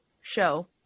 show